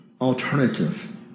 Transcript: alternative